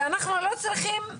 ואנחנו לא צריכים,